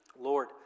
Lord